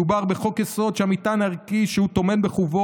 מדובר בחוק-יסוד שהמטען הערכי שהוא טומן בחובו